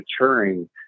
maturing